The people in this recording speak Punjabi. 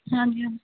ਹਾਂਜੀ